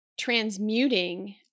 transmuting